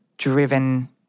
driven